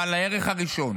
אבל הערך הראשון